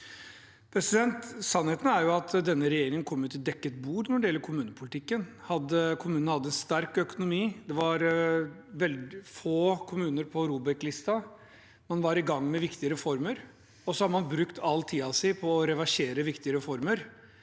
ganger. Sannheten er at denne regjeringen kom til dekket bord når det gjelder kommunepolitikken – kommunene hadde sterk økonomi, det var få kommuner på ROBEKlisten, man var i gang med viktige reformer – og så har man brukt all tiden sin på å reversere viktige reformer